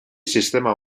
sistema